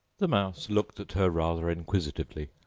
the mouse looked at her rather inquisitively,